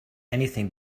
anything